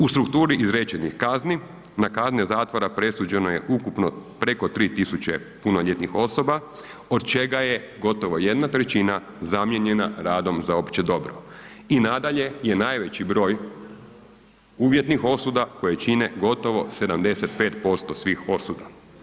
U strukturi izrečenih kazni na kazne zatvora presuđeno je ukupno preko 3000 punoljetnih osoba, od čega je gotovo 1/3 zamijenjena radom za opće dobro i nadalje je najveći broj uvjetnih osuda koje čine gotovo 75% svih osuda.